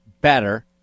better